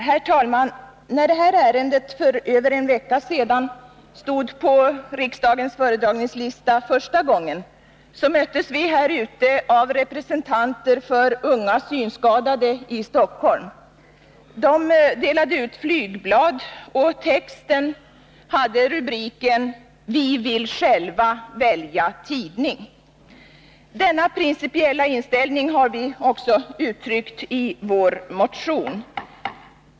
Herr talman! När detta ärende för över en vecka sedan stod på riksdagens föredragningslista första gången, möttes vi här ute av representanter för unga synskadade i Stockholm. De delade ut flygblad, och texten hade rubriken: Vi vill själva välja tidning. Denna principiella inställning har vi också uttryckt i vår motion.